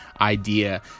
Idea